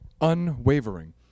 Unwavering